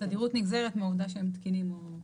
התדירות נגזרת מהעובדה שהם תקינים או לא.